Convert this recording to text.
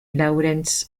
lawrence